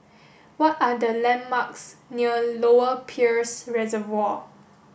what are the landmarks near Lower Peirce Reservoir